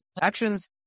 Actions